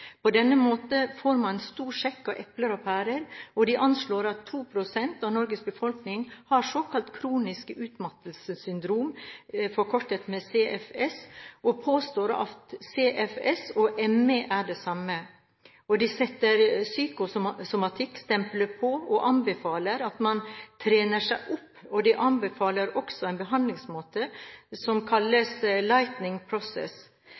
På denne måten får man en stor sekk full av epler og pærer, og de anslår at 2 % av Norges befolkning har såkalt Kronisk utmattelsessyndrom , og påstår at CFS og ME er det samme. Og de setter psykosomatikk stempelet på og anbefaler at man trener seg opp og de anbefaler også en behandlingsmåte som